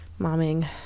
momming